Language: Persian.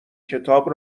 کتاب